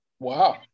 Wow